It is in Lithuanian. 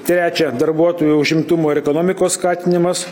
trečia darbuotojų užimtumo ir ekonomikos skatinimas